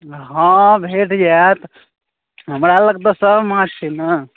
हाँ भेट जायत हमरा लग तऽ सभ माछ छै ने